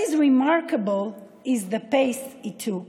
(אומרת באנגלית: המהירות שבה הדבר נעשה מדהימה: